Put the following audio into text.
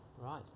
Right